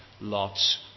Lot's